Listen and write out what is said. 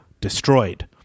destroyed